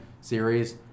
series